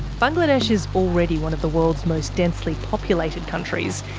bangladesh is already one of the world's most densely populated countries.